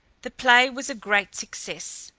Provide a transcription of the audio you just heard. the play was a great success.